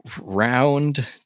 round